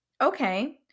Okay